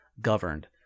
governed